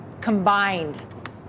combined